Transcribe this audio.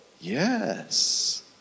Yes